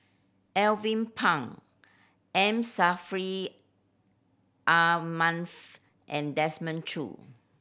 Alvin Pang M Saffri Ah Manaf and Desmond Choo